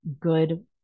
good